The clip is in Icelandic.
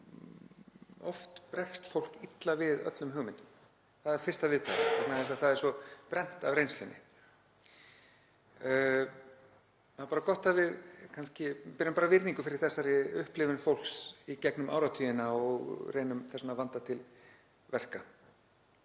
að oft bregst fólk illa við öllum hugmyndum. Það er fyrsta viðbragð af því að það er svo brennt af reynslunni. Það er gott að við berum virðingu fyrir þessari upplifun fólks í gegnum áratugina og reynum þess vegna að vanda til verka.